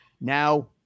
Now